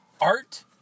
Art